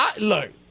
look